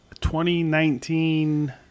2019